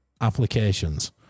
applications